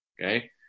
Okay